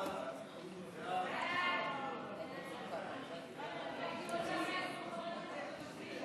ההצעה להעביר את הצעת חוק אימוץ ילדים